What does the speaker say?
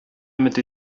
өмет